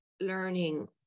learning